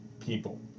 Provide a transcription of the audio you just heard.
people